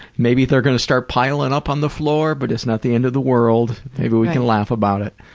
maybe they're gonna start piling up on the floor but it's not the end of the world, maybe we can laugh about it.